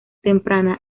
temprana